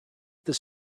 this